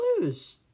lose